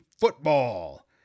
football